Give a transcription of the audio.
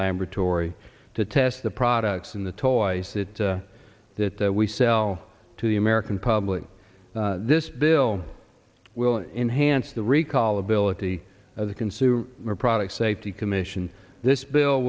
laboratory to test the products in the toys that that we sell to the american public this bill will enhance the recall ability of the consumer products safety commission this bill